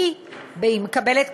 והיא מקבלת,